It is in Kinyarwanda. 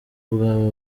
bwaba